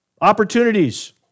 Opportunities